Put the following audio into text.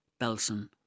Belson